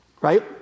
Right